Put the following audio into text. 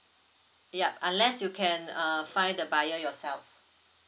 ya unless you can uh find the buyer yourself